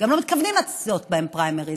גם לא מתכוונים לעשות בהן פריימריז.